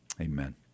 Amen